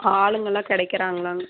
ஆளுங்களெலாம் கிடைக்கிறாங்ளாங்